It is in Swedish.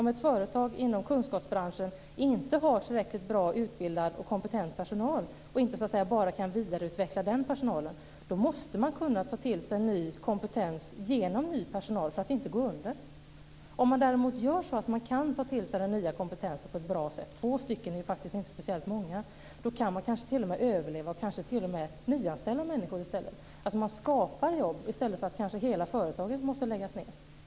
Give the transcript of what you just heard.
Om ett företag inom kunskapsbranschen inte har tillräckligt bra utbildad och kompetent personal och inte kan vidareutveckla den personalen måste man kunna ta till sig ny kompetens genom ny personal för att inte gå under. Om man däremot kan ta till sig den nya kompetensen på ett bra sätt - två stycken är faktiskt inte speciellt många - kan man kanske överleva och kanske t.o.m. nyanställa människor i stället. Man skapar alltså jobb i stället för att kanske hela företaget måste läggas ned.